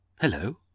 Hello